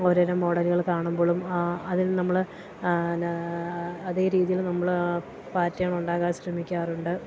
ഓരോരോ മോഡലുകൾ കാണുമ്പോളും അതിൽ നമ്മൾ ന്നാ അതേ രീതീൽ നമ്മൾ ആ പാറ്റേൺ ഉണ്ടാകാൻ ശ്രമിക്കാറുണ്ട്